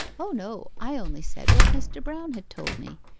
o no i only said what mr. brown had told me.